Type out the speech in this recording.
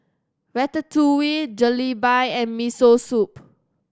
Ratatouille Jalebi and Miso Soup